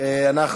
אנחנו